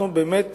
אנחנו באמת